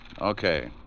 Okay